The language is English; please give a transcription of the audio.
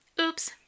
Oops